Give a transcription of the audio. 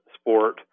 sport